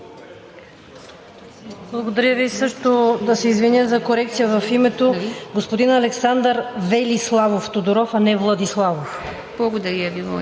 Благодаря Ви. Също да се извиня за корекция в името – господин Александър Велиславов Тодоров, а не Владиславов.